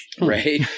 Right